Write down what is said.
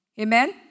Amen